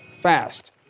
fast